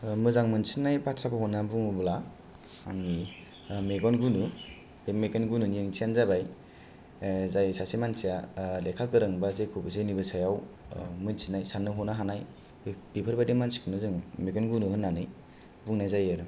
मोजां मोनसिन्नाय बाथ्राखौ होन्नानै बुङोब्ला आंनि मेगन गुनु बे मेगन गुनुनि ओंथियानो जाबाय जाय सासे मानसिया लेखा गोरों बा जेखौबो जेनिबो सायाव मिथिनाय सान्नो हनो हानाय बेफोरबायदि मानसिखौनो जोङो मेगन गुनु होन्नानै बुंनाय जायो आरो